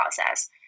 process